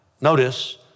notice